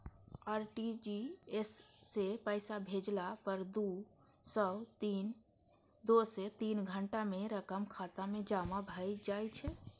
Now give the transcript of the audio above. RTGS सं पैसा भेजला पर दू सं तीन घंटा मे रकम खाता मे जमा भए जाइ छै